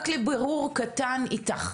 רק לבירור קטן איתך.